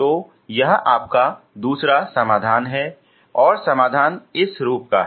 तो यह आपका दूसरा समाधान है और समाधान इस रूप का है